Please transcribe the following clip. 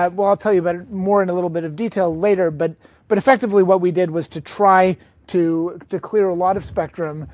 um well i'll tell you about it more in a little bit of detail later, but but effectively what we did was to try to to clear a lot of spectrum,